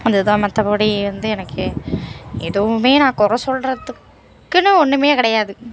அது தான் மற்றபடி வந்து எனக்கு எதுவுமே நான் கொறை சொல்கிறதுக்குனு ஒன்றுமே கிடையாது